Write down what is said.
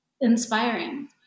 inspiring